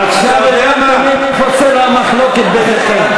עכשיו אני מבין איפה סלע המחלוקת ביניכם.